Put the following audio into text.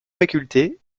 facultés